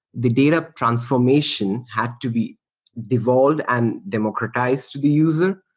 the data transformation had to be devolved and democratized to the user.